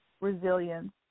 resilience